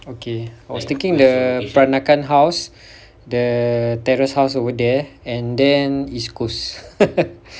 okay I was thinking the peranakan house the terrace house over there and then east coast